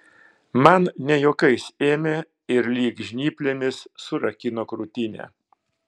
man ne juokais ėmė ir lyg žnyplėmis surakino krūtinę